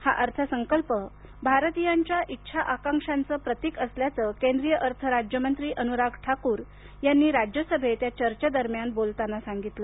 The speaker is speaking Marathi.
हा अर्थसंकल्प भारतीयांच्या इच्छा आकांक्षाचं प्रतीक असल्याचं केंद्रीय अर्थ राज्य मंत्री अनुराग ठाकूर यांनी राज्यसभेत या चर्चेदरम्यान बोलताना सांगितलं